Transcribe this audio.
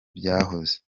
byahoze